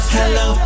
Hello